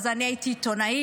אז אני הייתי עיתונאית.